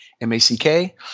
M-A-C-K